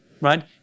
right